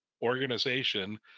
organization